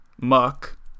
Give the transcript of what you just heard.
muck